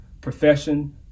profession